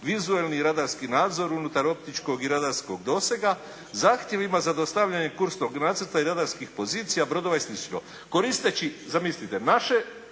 vizualni i radarski nadzor unutar optičkog i radarskog dosega, zahtjevima za dostavljanje kursnog nacrta i radarskih pozicija brodova i sl. Koristeći zamislite naše